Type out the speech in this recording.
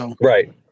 Right